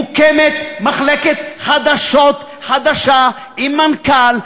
מוקמת מחלקת חדשות חדשה עם מנכ"ל,